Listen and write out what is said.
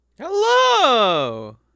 Hello